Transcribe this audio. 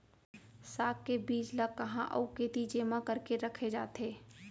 साग के बीज ला कहाँ अऊ केती जेमा करके रखे जाथे?